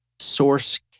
Source